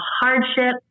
hardship